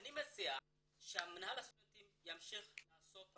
אני מציע שמינהל הסטודנטים ימשיך לעסוק,